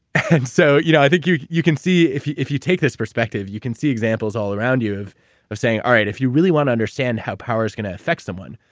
and so you know i think you you can see, if you if you take this perspective, you can see examples all around you have of saying, all right, if you really want to understand how power is going to affect someone,